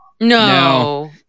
No